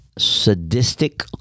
sadistic